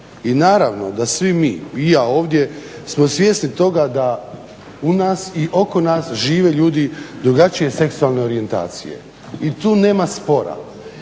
I naravno da svi mi i ja ovdje smo svjesni toga da u nas i oko nas žive ljudi drugačije seksualne orijentacije i tu nema spora.